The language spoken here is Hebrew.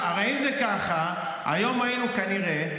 הרי אם זה כך, היום היינו כנראה,